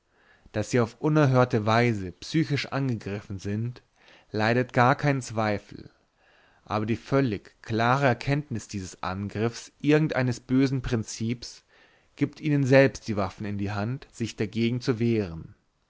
daß sie auf unerhörte weise psychisch angegriffen sind leidet gar keinen zweifel aber die völlige klare erkenntnis dieses angriffs irgend eines bösen prinzips gibt ihnen selbst die waffen in die hand sich dagegen zu wehren